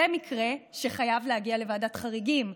זה מקרה שחייב להגיע לוועדת חריגים.